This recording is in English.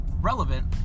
relevant